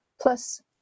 plus